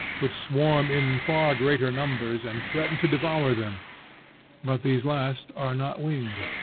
which swarm in far greater numbers and threaten to devour them but these last are not winged.